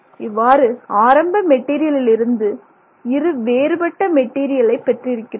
இவ்வாறு ஆரம்ப மெட்டீரியல் இலிருந்து இருவேறுபட்ட மெட்டீரியல் பெற்றிருக்கிறோம்